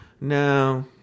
No